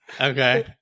Okay